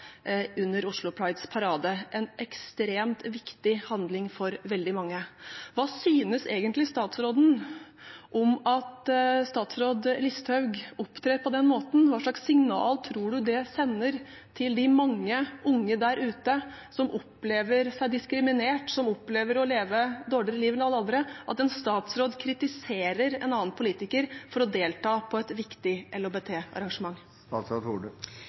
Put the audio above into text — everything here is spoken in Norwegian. under Oslo Prides parade – en ekstremt viktig handling for veldig mange. Hva synes egentlig statsråden om at statsråd Listhaug opptrer på den måten? Hva slags signal tror statsråden det sender til de mange unge der ute som opplever seg diskriminert, som opplever å leve et dårligere liv enn alle andre, at en statsråd kritiserer en annen politiker for å delta på et viktig